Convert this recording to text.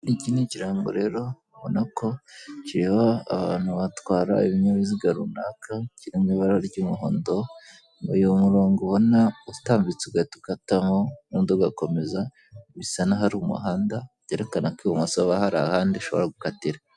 Iki ni ikirango rero ubona ko kireba abantu batwara ibinyabiziga runaka kiri mu ibara ry'umuhondo, uyu murongo ubona utambitse ugahita ukatamo undi ugakomeza bisa n'aho ari umuhanda byerekana ko ibumoso hari ahandi ushobora gukatira.